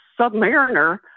submariner